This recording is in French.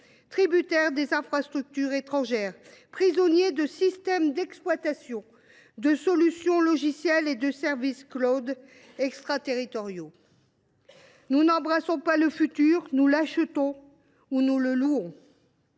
tributaires des infrastructures étrangères, prisonniers de systèmes d’exploitation, de solutions logicielles et de services extraterritoriaux. Nous n’embrassons pas le futur, nous l’achetons ou nous le louons